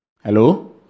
Hello